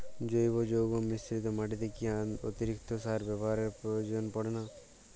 জৈব যৌগ মিশ্রিত মাটিতে কি অতিরিক্ত সার ব্যবহারের প্রয়োজন পড়ে না?